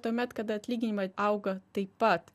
tuomet kada atlyginimai auga taip pat